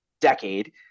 decade